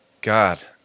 God